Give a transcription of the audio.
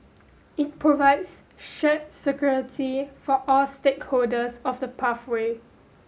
it provides shared security for all stakeholders of the pathway